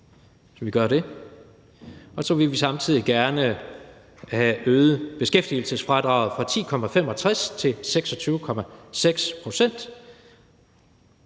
på 5.700, og så vil vi samtidig gerne have øget beskæftigelsesfradraget fra 10,65 til 26,6 pct.